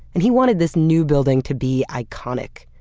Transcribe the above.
and he wanted this new building to be iconic,